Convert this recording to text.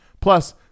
Plus